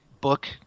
book